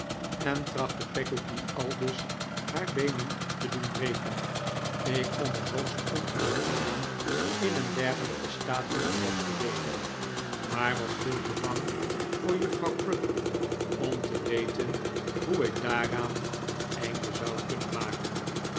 en trachtte peggotty aldus haar beenen te doen breken ik vond het hoogst onaangenaam in een dergelijken staat van beleg te leven maar was veel te bang voor juffrouw crupp om te weten hoe ik daaraan een einde zou kunnen maken